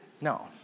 No